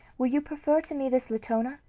will you prefer to me this latona,